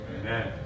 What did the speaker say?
Amen